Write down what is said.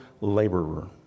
laborer